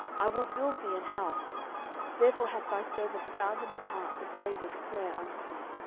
i will build thee an house therefore hath thy servant found in his heart to pray this prayer unto thee.